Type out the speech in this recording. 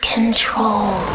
Control